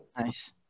Nice